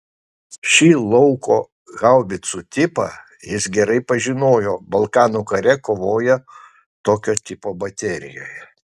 šį lauko haubicų tipą jis gerai pažinojo balkanų kare kovojo tokio tipo baterijoje